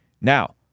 Now